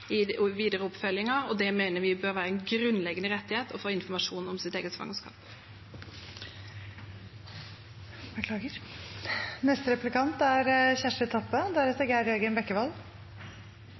videre. Det mener vi bør være en grunnleggende rettighet: å få informasjon om sitt eget svangerskap. Framstegspartiet vil føreslå assistert befruktning for einslege, og sidan surrogati er